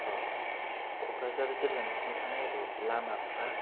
अह क'क्राझार जिल्लानि सिङाव थानाय एरै लामाफोरा